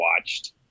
watched